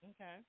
Okay